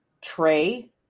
tray